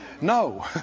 No